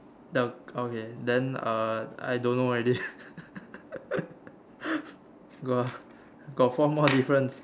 the okay then uh I don't know already got got four more difference